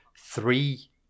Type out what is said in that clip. three